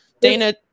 Dana